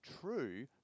true